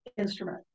instrument